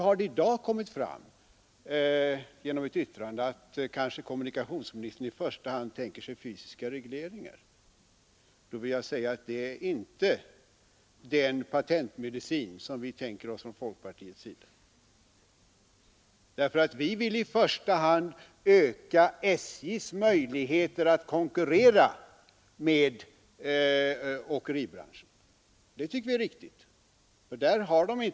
I dag har det genom ett yttrande framkommit att kommunikationsministern kanske i första hand tänker sig fysiska regleringar. Det är inte 33 Nr 126 den patentmedicin vi inom folkpartiet tänker oss. Vi vill i första hand Onsdagen den öka SJ:s möjligheter att konkurrera med åkeribranschen. Det tycker jag 29 november 1972 är riktigt.